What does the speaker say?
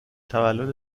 تولد